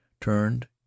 turned